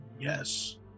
Yes